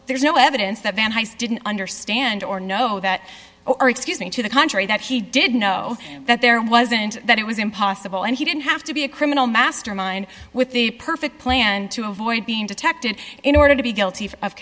there's no evidence that van heist didn't understand or know that or excuse me to the contrary that he did know that there wasn't that it was impossible and he didn't have to be a criminal mastermind with the perfect plan to avoid being detected in order to be guilty of